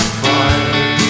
fire